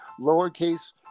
lowercase